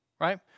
right